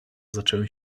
zaczęły